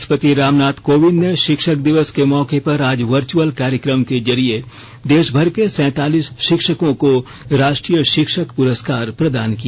राष्ट्रपति रामनाथ कोविंद ने शिक्षक दिवस के मौके पर आज वर्चुअल कार्यक्रम के जरिए देशभर के सैंतालीस शिक्षकों को राष्ट्रीय शिक्षक पुरस्कार प्रदान किया